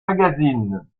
magazines